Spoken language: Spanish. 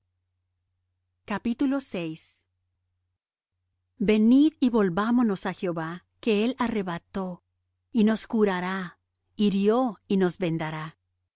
á mi venid y volvámonos á jehová que él arrebató y nos curará hirió y nos vendará